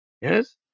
Yes